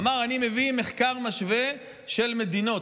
אמר: אני מביא מחקר משווה של מדינות.